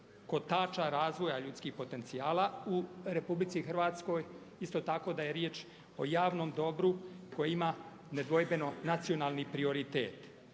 kotača razvoja ljudskih potencijala u RH, isto tako da je riječ o javnom dobru koje ima nedvojbeno nacionalni prioritet.